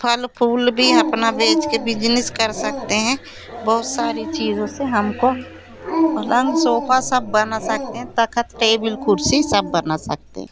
फल फूल भी अपना बेचकर बिजनिस कर सकते हैं बहुत सारी चीज़ों से हमको पलंग सोफ़ा सब बना सकते हैं तख़्त टेबिल कुर्सी सब बना सकते हैं